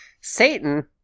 Satan